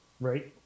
right